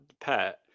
pet